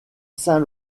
saint